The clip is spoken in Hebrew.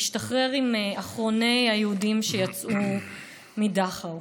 השתחרר עם אחרוני היהודים שיצאו מדכאו.